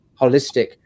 holistic